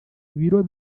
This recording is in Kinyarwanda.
ibiro